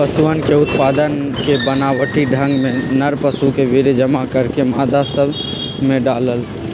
पशुअन के उत्पादन के बनावटी ढंग में नर पशु के वीर्य जमा करके मादा सब में डाल्ल